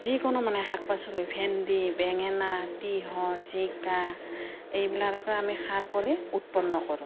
যিকোনো মানে শাক পাচলি ভেণ্ডি বেঙেনা তিয়হঁ জিকা এইবিলাকক আমি সাৰ কৰি উৎপন্ন কৰোঁ